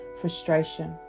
frustration